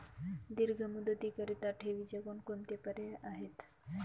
दीर्घ मुदतीकरीता ठेवीचे कोणकोणते पर्याय आहेत?